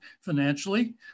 financially